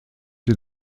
sie